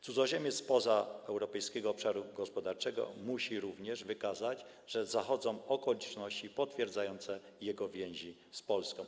Cudzoziemiec spoza Europejskiego Obszaru Gospodarczego musi również wykazać, że zachodzą okoliczności potwierdzające jego więzi z Polską.